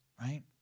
right